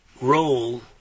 role